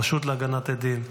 הרשות להגנת עדים.